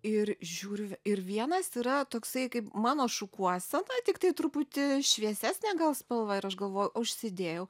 ir žiūriu ir vienas yra toksai kaip mano šukuosena tiktai truputį šviesesnė gal spalva ir aš galvoju užsidėjau